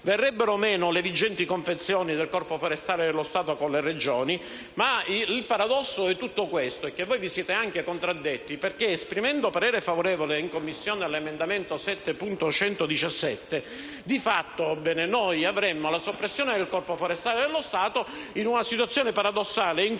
verrebbero meno le vigenti convenzioni del Corpo forestale dello Stato con le Regioni. Il paradosso di tutto questo è che vi siete anche contraddetti, perché, esprimendo parere favorevole in Commissione all'emendamento 7.117, di fatto noi avremmo la soppressione del Corpo forestale dello Stato in una situazione in